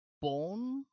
born